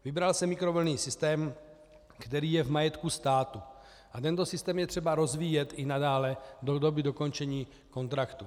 Vybral se mikrovlnný systém, který je v majetku státu, a tento systém je třeba rozvíjet i nadále do doby dokončení kontraktu.